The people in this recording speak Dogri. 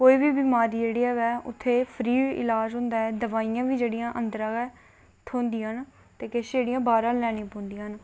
ते कोई बी बमारी होऐ उत्थै फ्री ईलाज होंदा ऐ दवाइयां जेह्ड़ियां अंदरा थ्होंदियां न ते किश जेह्ड़ियां बाहरा लैना पौंदियां न